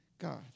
God